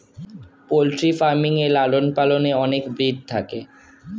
poultry farming এ লালন পালনে অনেক ব্রিড থাকে